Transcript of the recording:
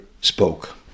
spoke